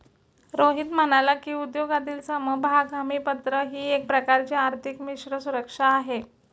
रोहित म्हणाला की, उद्योगातील समभाग हमीपत्र ही एक प्रकारची आर्थिक मिश्र सुरक्षा आहे